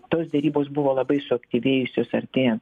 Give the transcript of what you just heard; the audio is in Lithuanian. tos derybos buvo labai suaktyvėjusios artėjan